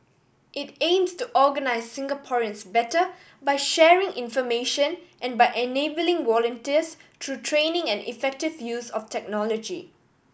it aims to organise Singaporeans better by sharing information and by enabling volunteers through training and effective use of technology